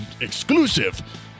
exclusive